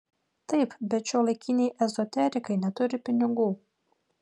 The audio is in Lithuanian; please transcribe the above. taip bet šiuolaikiniai ezoterikai neturi pinigų